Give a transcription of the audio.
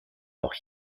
auch